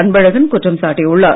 அன்பழகன் குற்றம் சாட்டியுள்ளார்